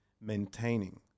maintaining